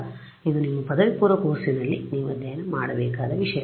ಆದ್ದರಿಂದ ಇದು ನಿಮ್ಮ ಪದವಿಪೂರ್ವ ಕೋರ್ಸ್ನಲ್ಲಿ ನೀವು ಅಧ್ಯಯನ ಮಾಡಬೇಕಾದ ವಿಷಯ